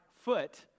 foot